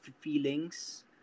feelings